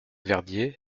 verdier